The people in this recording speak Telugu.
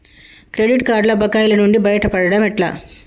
క్రెడిట్ కార్డుల బకాయిల నుండి బయటపడటం ఎట్లా?